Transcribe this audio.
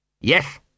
Yes